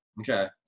okay